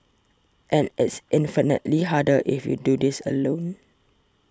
and it's infinitely harder if you do this alone